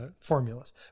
formulas